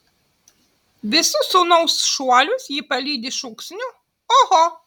visus sūnaus šuolius ji palydi šūksniu oho